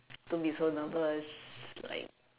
don't be so nervous like